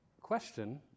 question